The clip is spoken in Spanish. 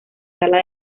sala